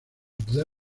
the